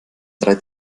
drei